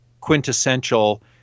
quintessential